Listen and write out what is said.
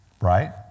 Right